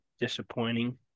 disappointing